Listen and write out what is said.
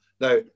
Now